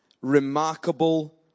remarkable